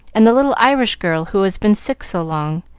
and the little irish girl who has been sick so long,